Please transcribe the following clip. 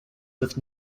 with